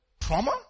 trauma